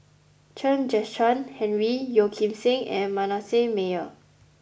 Chen Kezhan Henri Yeo Kim Seng and Manasseh Meyer